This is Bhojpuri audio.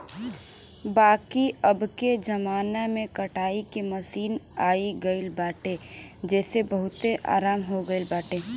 बाकी अबके जमाना में कटाई के मशीन आई गईल बाटे जेसे बहुते आराम हो गईल बाटे